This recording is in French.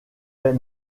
fait